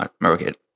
market